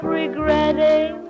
regretting